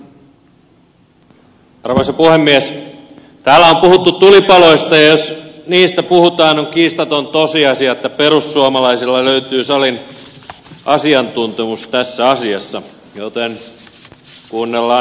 täällä on puhuttu tulipaloista ja jos niistä puhutaan on kiistaton tosiasia että perussuomalaisilla löytyy salin asiantuntemus tässä asiassa joten kuunnellaan nyt sitten hetki